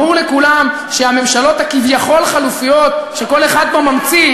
ברור לכולם שהממשלות הכביכול-חלופיות שכל אחד פה ממציא,